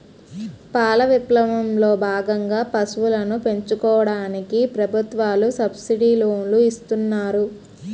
పాల విప్లవం లో భాగంగా పశువులను పెంచుకోవడానికి ప్రభుత్వాలు సబ్సిడీ లోనులు ఇస్తున్నారు